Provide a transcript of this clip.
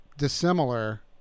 dissimilar